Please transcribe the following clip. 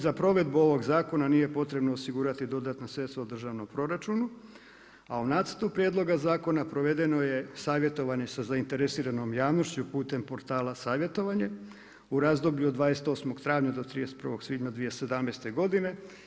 Za provedbu ovog zakona nije potrebno osigurati dodatna sredstva u državnom proračunu, a u nacrtu prijedloga zakona provedeno je savjetovanje sa zainteresiranom javnošću putem portala Savjetovanje u razdoblju od 28. travnja do 31. svibnja 2017. godine.